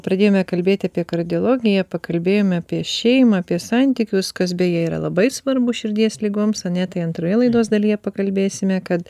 pradėjome kalbėt apie kardiologiją pakalbėjome apie šeimą apie santykius kas labai svarbu širdies ligoms ane tai antroje laidos dalyje pakalbėsime kad